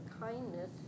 kindness